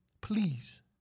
Please